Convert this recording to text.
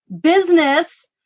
Business